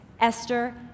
Esther